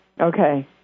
Okay